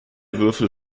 würfel